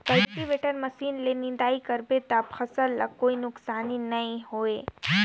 cultivator machine ले निंदई कर बे त फसल ल कोई नुकसानी नई होये